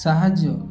ସାହାଯ୍ୟ